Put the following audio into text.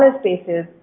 spaces